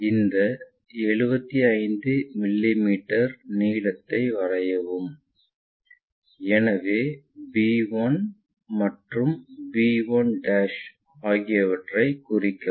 40 degree கோணத்தில் 75 மிமீ வரையவும் இரண்டு வரிகளும் தெரியும் எனவே b 1 மற்றும் b 1 ஆகியவற்றைக் குறிக்கவும்